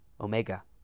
Omega